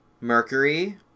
Mercury